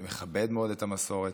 מכבד מאוד את המסורת.